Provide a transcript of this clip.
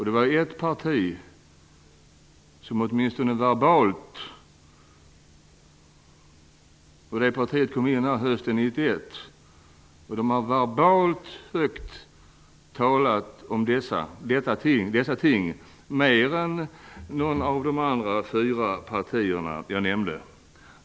Det var ett parti, som kom in i riksdagen hösten 1991, som åtminstone verbalt talat högt om dessa ting. Det har det gjort mer än någon av de andra fyra partier jag nämnde.